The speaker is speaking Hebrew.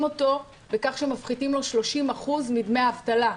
אותו בכך שמפחיתים לו 30% מדמי האבטלה.